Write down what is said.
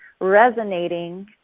resonating